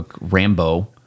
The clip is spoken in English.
Rambo